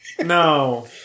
No